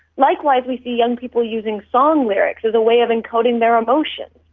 likewise with the young people using song lyrics as a way of encoding their emotion.